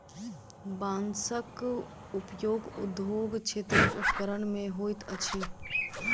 बांसक उपयोग उद्योग क्षेत्रक उपकरण मे होइत अछि